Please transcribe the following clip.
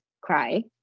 cry